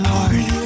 Lord